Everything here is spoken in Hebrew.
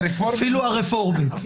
אפילו לא מהרפורמית...